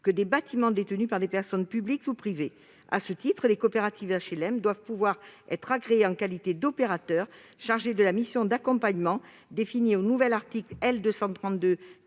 que des bâtiments détenus par des personnes publiques ou privées. À ce titre, les coopératives d'HLM doivent pouvoir être agréées en qualité d'opérateur chargé de la mission d'accompagnement définie au nouvel article L.